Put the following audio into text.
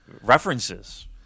references